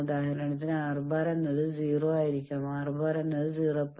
ഉദാഹരണത്തിന് R ⁻bar എന്നത് 0 ആയിരിക്കാം R⁻ എന്നത് 0